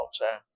culture